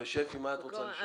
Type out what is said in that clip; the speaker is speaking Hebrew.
שפי מה את רוצה לשאול?